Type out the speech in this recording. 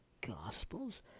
Gospels